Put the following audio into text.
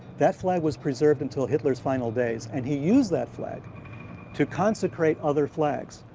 that flag was preserved until hitler's final days. and he used that flag to consecrate other flags.